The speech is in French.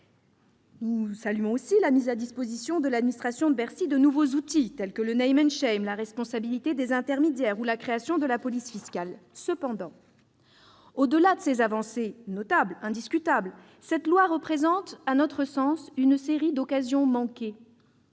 Nous saluons également la mise à disposition de l'administration de Bercy de nouveaux outils tels que le, la responsabilité des intermédiaires ou la création de la police fiscale. Cependant, au-delà de ces avancées notables, indiscutables, ce projet de loi représente, à notre sens, une série d'occasions manquées.